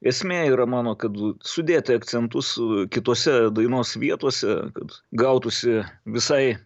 esmė yra mano kad sudėti akcentus kitose dainos vietose kad gautųsi visai